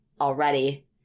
already